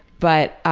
but